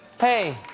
Hey